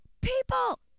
people